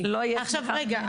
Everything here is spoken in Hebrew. לא תהיה שמחה ממני.